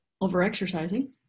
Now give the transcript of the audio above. over-exercising